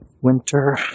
Winter